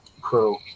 crew